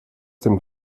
dem